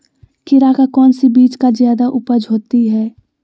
खीरा का कौन सी बीज का जयादा उपज होती है?